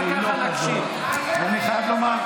לומר,